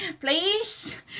Please